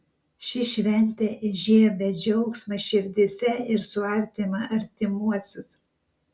ši šventė įžiebia džiaugsmą širdyse ir suartina artimuosius